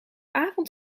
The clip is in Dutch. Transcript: avond